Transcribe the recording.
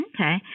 Okay